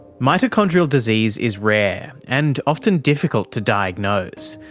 mitochondrial disease is rare, and often difficult to diagnose,